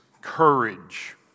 courage